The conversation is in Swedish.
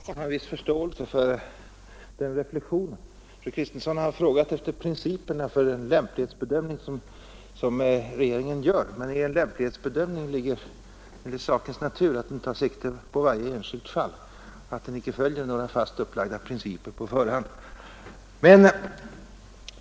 Herr talman! Fru Kristensson är litet missnöjd med att det svar hon nyss fick av mig var intetsägande. På den punkten tror jag vi kan mötas. Jag har en viss förståelse för den reflexionen. Fru Kristensson har frågat efter principerna för den lämplighetsbedömning som regeringen gör. När det gäller en lämplighetsbedömning ligger det i sakens natur att man inte tar sikte på varje enskilt fall och att man inte följer några på förhand fastlagda principer.